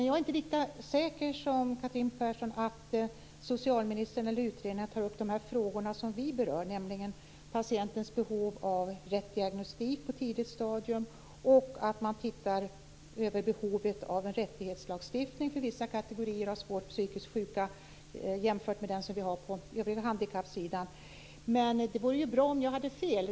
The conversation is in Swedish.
Jag är inte lika säker som Catherine Persson på att socialministern eller utredningarna tar upp de frågor som vi berör, nämligen patientens behov av rätt diagnostik på tidigt stadium och att man tittar över behovet av en rättighetslagstiftning för vissa kategorier av svårt psykiskt sjuka jämfört med den som vi har på handikappsidan. Det vore bra om jag hade fel.